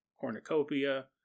cornucopia